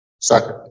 Second